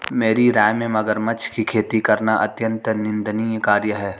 मेरी राय में मगरमच्छ की खेती करना अत्यंत निंदनीय कार्य है